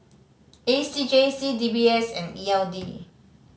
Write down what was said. A C J C D B S and E L D